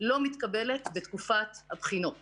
לא מתקבלת בתקופת הבחינות